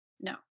No